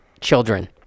children